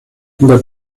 the